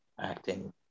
acting